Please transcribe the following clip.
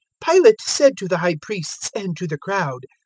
pilate said to the high priests and to the crowd,